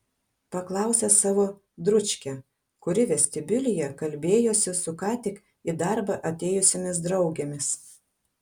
paklausė savo dručkę kuri vestibiulyje kalbėjosi su ką tik į darbą atėjusiomis draugėmis